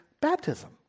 baptism